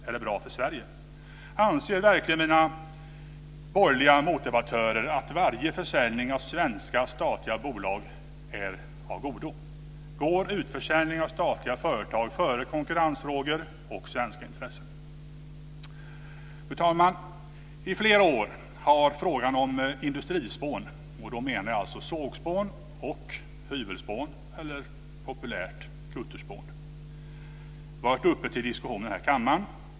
Är det bra för Sverige? Anser verkligen mina borgerliga motdebattörer att varje försäljning av svenska statliga bolag är av godo? Går utförsäljning av statliga företag före konkurrensfrågor och svenska intressen? Fru talman! I flera år har frågan om industrispån - då menar jag alltså sågspån och hyvelspån eller, populärt, kutterspån - varit uppe till diskussion i den här kammaren.